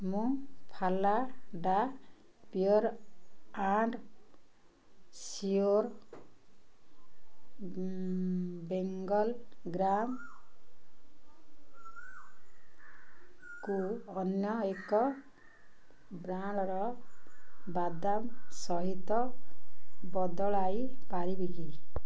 ମୁଁ Phalada pure and sure Bengal ଗ୍ରାମ୍କୁ ଅନ୍ୟ ଏକ ବ୍ରାଣ୍ଡ୍ର ବାଦାମ ସହିତ ବଦଳାଇ ପାରିବି କି